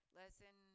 lesson